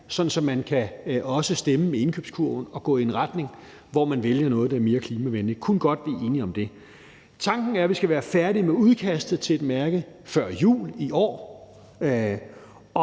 sådan at man også kan stemme med indkøbskurven og gå i en retning, hvor man vælger noget, der er mere klimavenligt. Det er kun godt, at vi er enige om det. Tanken er, at vi skal være færdige med udkastet til et mærke før jul i år,